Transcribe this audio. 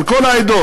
על כל העדות,